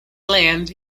land